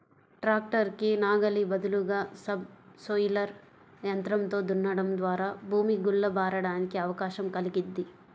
tractor కి నాగలి బదులుగా సబ్ సోయిలర్ యంత్రంతో దున్నడం ద్వారా భూమి గుల్ల బారడానికి అవకాశం కల్గిద్ది